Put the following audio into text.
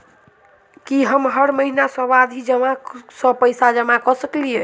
की हम हर महीना सावधि जमा सँ पैसा जमा करऽ सकलिये?